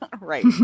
Right